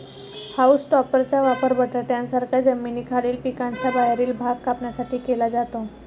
haulm टॉपरचा वापर बटाट्यांसारख्या जमिनीखालील पिकांचा बाहेरील भाग कापण्यासाठी केला जातो